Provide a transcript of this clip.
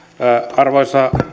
arvoisa